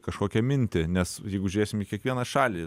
kažkokią mintį nes jeigu žiūrėsim į kiekvieną šalį